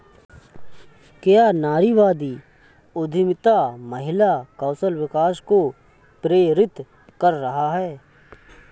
क्या नारीवादी उद्यमिता महिला कौशल विकास को प्रेरित कर रहा है?